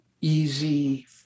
easy